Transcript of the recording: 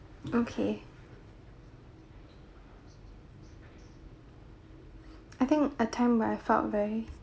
okay I think a time where I felt very